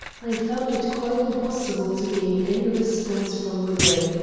i found it quite impossible to gain any response from within,